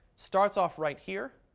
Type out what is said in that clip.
starts off right here.